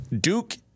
Duke